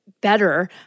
better